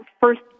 first